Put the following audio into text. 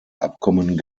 abkommen